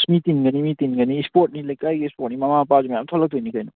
ꯃꯤ ꯇꯤꯟꯒꯅꯤ ꯃꯤ ꯇꯤꯟꯒꯅꯤ ꯁ꯭ꯄꯣꯔꯠꯅꯤ ꯂꯩꯀꯥꯏꯒꯤ ꯁ꯭ꯄꯣꯔꯠꯅꯤ ꯃꯃꯥ ꯃꯄꯥꯁꯨ ꯃꯌꯥꯝ ꯊꯣꯛꯂꯛꯇꯣꯏꯅꯤ ꯀꯩꯅꯣ